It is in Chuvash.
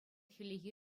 хӗллехи